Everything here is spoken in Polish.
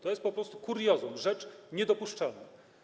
To jest po prostu kuriozum, rzecz niedopuszczalna.